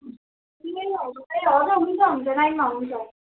ए हजुर ए हजुर हुन्छ हुन्छ नाइनमा हुन्छ